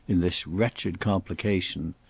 in this wretched complication.